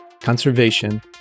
conservation